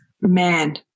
man